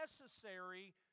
necessary